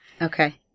Okay